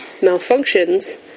malfunctions